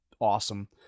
awesome